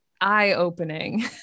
eye-opening